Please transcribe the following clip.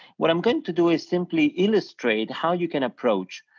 what i'm going to do is simply illustrate how you can approach